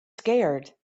scared